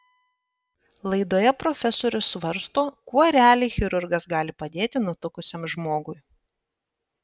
laidoje profesorius svarsto kuo realiai chirurgas gali padėti nutukusiam žmogui